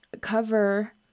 cover